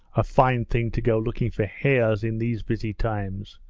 a fine thing to go looking for hares in these busy times!